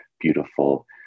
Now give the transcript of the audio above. beautiful